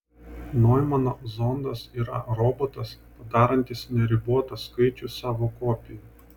noimano zondas yra robotas padarantis neribotą skaičių savo kopijų